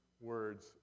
words